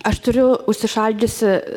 aš turiu užsišaldžiusi